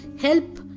Help